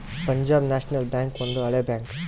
Punjab national bank ಒಂದು ಹಳೆ bank